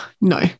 no